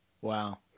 Wow